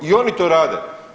I oni to rade.